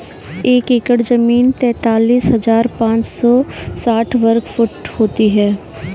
एक एकड़ जमीन तैंतालीस हजार पांच सौ साठ वर्ग फुट होती है